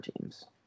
teams